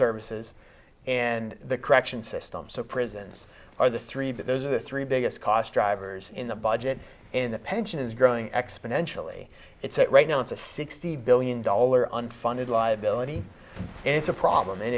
services and the corrections system so prisons are the three but those are the three biggest cost drivers in the budget and the pension is growing exponentially it's at right now it's a sixty billion dollars unfunded liability and it's a problem and